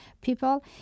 people